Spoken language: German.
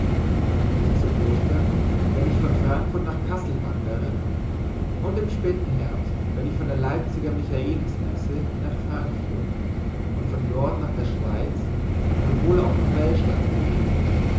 nämlich zu ostern wenn ich von frankfurt nach kassel wandere und im späten herbst wenn ich von der leipziger michaelismesse nach frankfurt und von dort nach der schweiz und wohl auch nach welschland gehe